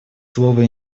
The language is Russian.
слово